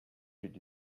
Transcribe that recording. did